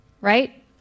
right